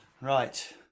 Right